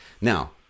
Now